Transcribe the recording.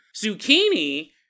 Zucchini